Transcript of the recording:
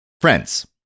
friends